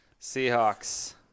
Seahawks